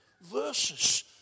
verses